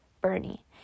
Bernie